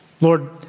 Lord